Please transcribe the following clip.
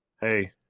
Hey